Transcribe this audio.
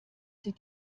sie